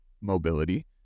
mobility